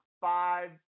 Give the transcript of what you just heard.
five